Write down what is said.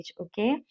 okay